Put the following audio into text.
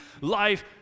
life